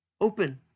open